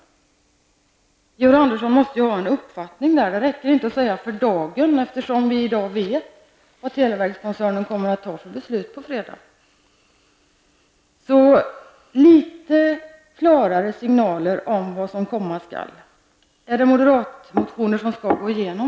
Georg Andersson måste ha en uppfattning där. Det räcker inte med att säga ''för dagen'', eftersom vi i dag vet att televerkskoncernen kommer att fatta beslut på fredag. Så jag efterlyser litet klarare signaler om vad som komma skall. Är det moderatmotioner som nu går igenom?